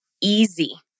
easy